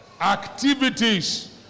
activities